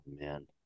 Man